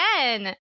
again